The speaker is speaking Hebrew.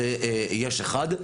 יש אחד,